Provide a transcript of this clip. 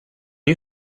you